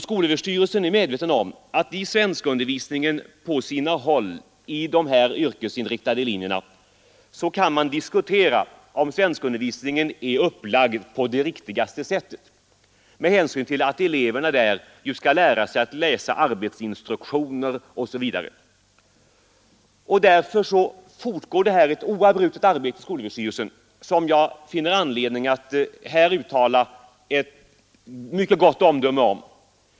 Skolöverstyrelsen är medveten om att man på sina håll kan diskutera om svenskundervisningen på de yrkesinriktade linjerna är upplagd på det riktigaste sättet med hänsyn till att eleverna där skall lära sig att läsa arbetsinstruktioner osv. Därför fortgår det ett oavbrutet arbete i skolöverstyrelsen som jag finner anledning att här ge ett mycket gott betyg.